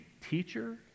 teacher